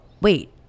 wait